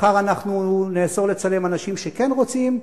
מחר אנחנו נאסור לצלם אנשים שכן רוצים,